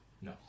no